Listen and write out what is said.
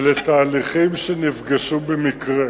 אלה תהליכים שנפגשו במקרה,